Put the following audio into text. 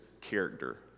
character